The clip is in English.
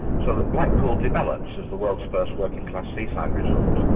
so that blackpool develops as the world's first working class seaside resort,